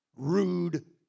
Rude